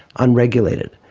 unregulated.